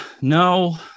No